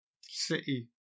city